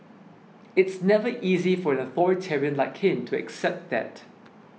it's never easy for an authoritarian like him to accept that